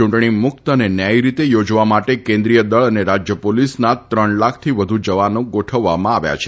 યૂંટણી મુક્ત અને ન્યાથી રીતે યોજવા માટે કેન્દ્રીય દળ અને રાજ્ય પોલીસના ત્રણ લાખથી વધુ જવાનો ગોઠવવામાં આવ્યા છે